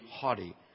haughty